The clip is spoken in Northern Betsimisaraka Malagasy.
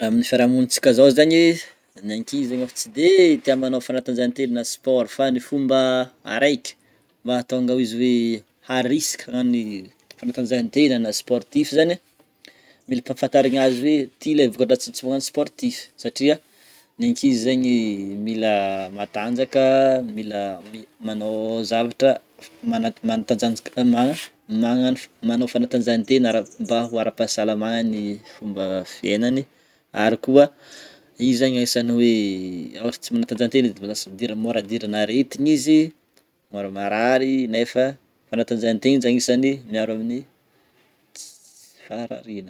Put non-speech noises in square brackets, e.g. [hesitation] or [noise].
Amin'ny fiarahamonintsika zao zegny ny ankizy zegny efa tsy de tia manao fagnatanjahantegna na sport fa ny fomba araiky mahatonga izy hoe [hesitation] harisika hagnano ny [hesitation] fanatanjahantena na sportif zany a mila ampahafantarigny azy hoe ty le voka-dratsy tsy magnano sportif satria ny ankizy zegny mila matanjaka, mila mi- manao zavatra, mana- manatanjanjika mana- magnano f- manao fanatanjahantena ara- mba ho ara-pahasalamagna ny fomba fiainany, ary koa izy zaigny anisan'ny hoe [hesitation] ohatra tsy manatajantena izy de lasa idira- môra idiran'aretigny izy, môra marary nefa fanatanjahantegna zany isan'ny miaro amin'ny ts- tsy faharariana.